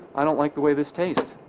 i don't like the way this tastes